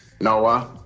Noah